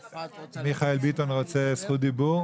מיכאל ביטון רוצה זכות דיבור?